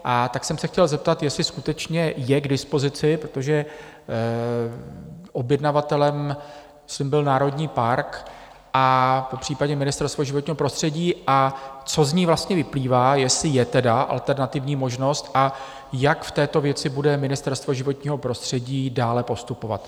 A tak jsem se chtěl zeptat, jestli skutečně je k dispozici, protože objednavatelem byl národní park a popřípadě Ministerstvo životního prostředí, a co z ní vlastně vyplývá, jestli je tedy alternativní možnost a jak v této věci bude Ministerstvo životního prostředí dále postupovat.